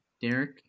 Derek